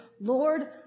Lord